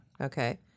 Okay